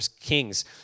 kings